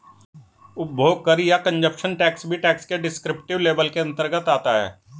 उपभोग कर या कंजप्शन टैक्स भी टैक्स के डिस्क्रिप्टिव लेबल के अंतर्गत आता है